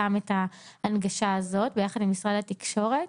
את ההנגשה הזאת ביחד עם משרד התקשורת.